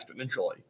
exponentially